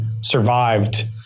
survived